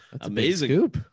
Amazing